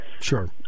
sure